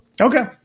Okay